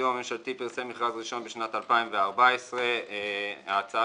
הדיור הממשלתי פרסם מכרז ראשון בשנת 2014. ההצעה